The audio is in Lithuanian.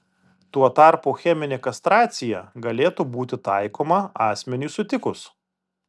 tuo tarpu cheminė kastracija galėtų būti taikoma asmeniui sutikus